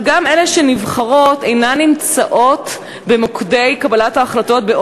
אבל גם אלה שנבחרות אינן נמצאות באופן מספק במוקדי קבלת ההחלטות.